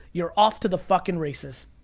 you're off to the fucking races.